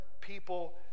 people